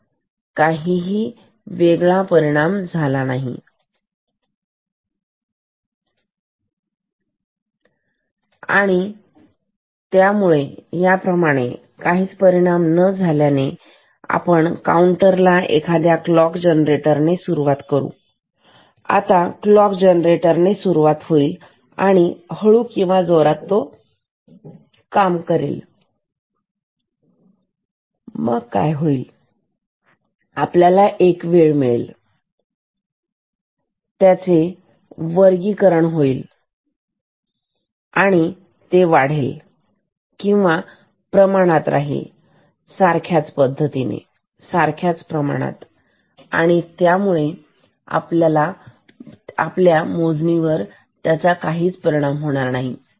या प्रमाणेच काहीच परिणाम झाला नाही त्याच बरोबर काउंटरला एखाद्या क्लॉक जनरेटर ने सुरु केले तर आता क्लॉक जनरेटर सुरू होईल आणि हळू किंवा जोरात पळेल मग काय होईल ही वेळ मिळेल त्याचे वर्गीकरण होईल किंवा ते वाढेल किंवा ते प्रमाणात राहील सारख्याच प्रमाणात आणि त्यामुळे आपल्या मोजणी वर त्याचा काही परिणाम होणार नाही